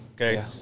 Okay